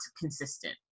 consistent